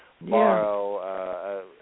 borrow